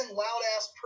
loud-ass